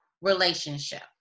relationship